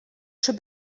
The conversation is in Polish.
czy